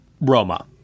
roma